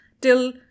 till